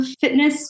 fitness